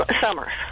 summers